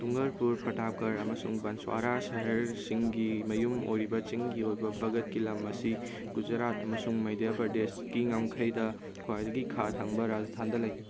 ꯗꯨꯡꯉꯥꯄꯨꯔ ꯄ꯭ꯔꯥꯇꯥꯕꯒꯔ ꯑꯃꯁꯨꯡ ꯕꯟꯁ꯭ꯋꯥꯔꯥꯖ ꯁꯍꯔꯁꯤꯡꯒꯤ ꯃꯌꯨꯝ ꯑꯣꯏꯔꯤꯕ ꯆꯤꯡꯒꯤ ꯑꯣꯏꯕ ꯚꯒꯠꯀꯤ ꯂꯝ ꯑꯁꯤ ꯒꯨꯖꯔꯥꯠ ꯑꯃꯁꯨꯡ ꯃꯩꯗ꯭ꯌꯥꯄꯔꯗꯦꯁꯀꯤ ꯉꯝꯈꯩꯗ ꯈ꯭ꯋꯥꯏꯗꯒꯤ ꯈꯥ ꯊꯪꯕ ꯔꯥꯖꯁꯊꯥꯟꯗ ꯂꯩ